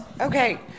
Okay